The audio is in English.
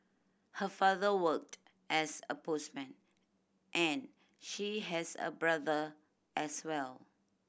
her father worked as a postman and she has a brother as well